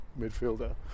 midfielder